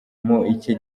icye